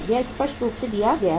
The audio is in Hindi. यह स्पष्ट रूप से दिया गया है